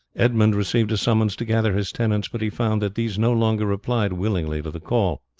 edmund received a summons to gather his tenants, but he found that these no longer replied willingly to the call.